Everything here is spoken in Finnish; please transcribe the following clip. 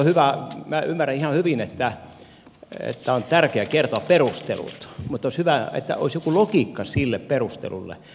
minä ymmärrän ihan hyvin että on tärkeää kertoa perustelut mutta olisi hyvä että olisi joku logiikka sille perustelulle